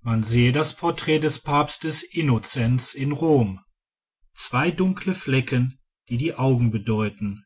man sehe das porträt des papstes innocenz in rom zwei dunkle flecken die die augen bedeuten